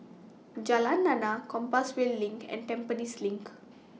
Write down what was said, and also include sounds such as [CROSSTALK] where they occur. Jalan Lana Compassvale LINK and Tampines LINK [NOISE]